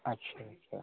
अच्छा अच्छा